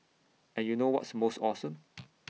and you know what's most awesome